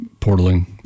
portaling